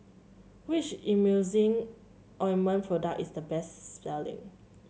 which Emulsying Ointment product is the best selling